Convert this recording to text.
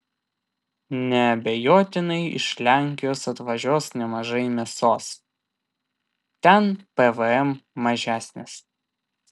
neabejotinai iš lenkijos atvažiuos nemažai mėsos ten pvm mažesnis